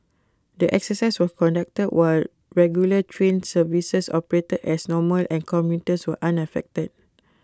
the exercise were conducted while regular train services operated as normal and commuters were unaffected